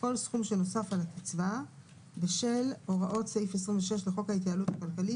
כל סכום שנוסף על הקצבה בשל הוראות סעיף 26 לחוק ההתייעלות הכלכלית